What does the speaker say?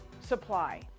supply